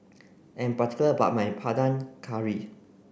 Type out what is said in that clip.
I am particular about my Panang Curry